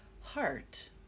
heart